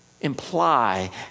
imply